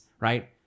right